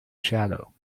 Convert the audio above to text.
shadow